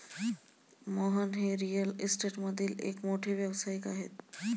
मोहन हे रिअल इस्टेटमधील एक मोठे व्यावसायिक आहेत